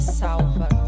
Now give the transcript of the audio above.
salva